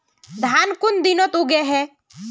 धान कुन दिनोत उगैहे